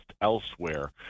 elsewhere